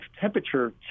temperature